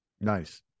nice